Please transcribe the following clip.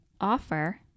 Offer